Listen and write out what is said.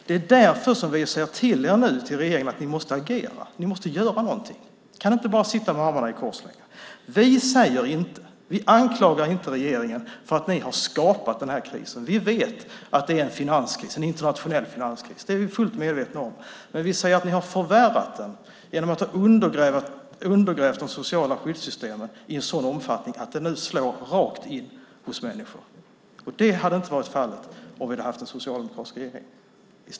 Det är därför vi nu säger till regeringen att ni måste agera. Ni måste göra någonting. Ni kan inte bara sitta med armarna i kors. Vi anklagar inte regeringen för att ha skapat den här krisen. Vi vet att det är en internationell finanskris. Det är vi fullt medvetna om. Men vi säger att ni har förvärrat den genom att ha undergrävt de sociala skyddssystemen i en sådan omfattning att det slår rakt in hos människor. Det hade inte varit fallet om vi hade haft en socialdemokratisk regering.